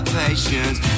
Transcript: patience